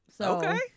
Okay